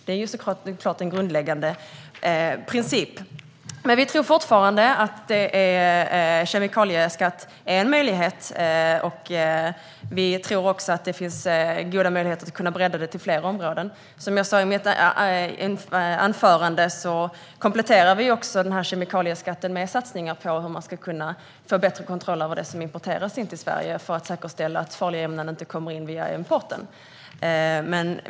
Det är självklart en grundläggande princip. Men vi tror fortfarande att en kemikalieskatt är en möjlighet, och vi tror att det finns goda möjligheter att bredda det till fler områden. Som jag sa i mitt anförande kompletterar vi också kemikalieskatten med satsningar på att få bättre kontroll över det som importeras till Sverige, för att säkerställa att farliga ämnen inte kommer in via importen.